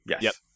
yes